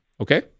Okay